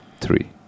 three